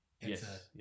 Yes